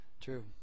True